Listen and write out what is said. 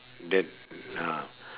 that ah